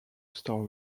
star